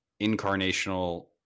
incarnational